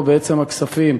שהכספים,